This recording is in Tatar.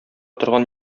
торган